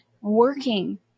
working